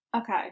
Okay